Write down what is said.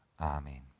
Amen